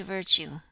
Virtue